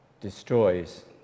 destroys